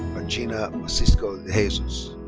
argina matisko dejesus.